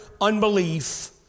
unbelief